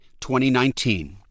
2019